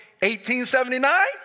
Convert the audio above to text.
1879